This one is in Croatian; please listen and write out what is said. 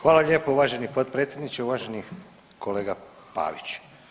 Hvala lijepo uvaženi potpredsjedniče, uvaženi kolega Pavić.